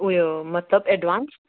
उयो मतलब एडभान्स